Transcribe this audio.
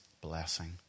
blessing